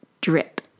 drip